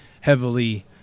heavily